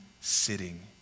sitting